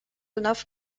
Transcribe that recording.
enough